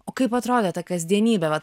o kaip atrodė ta kasdienybė vat